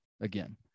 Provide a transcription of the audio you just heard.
again